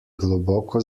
globoko